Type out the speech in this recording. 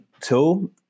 tool